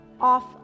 off